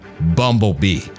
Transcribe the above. bumblebee